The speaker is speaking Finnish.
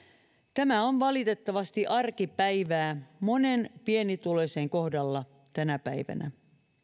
tämä on valitettavasti arkipäivää monen pienituloisen kohdalla tänä päivänä